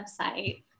website